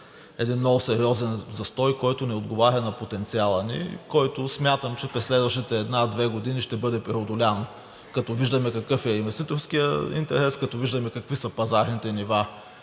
един много сериозен застой, който не отговаря на потенциала ни и който смятам, че през следващите една-две години ще бъде преодолян, като виждаме какъв е инвеститорският интерес, като виждаме какви са пазарните нива